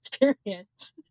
experience